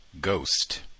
ghost